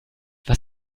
was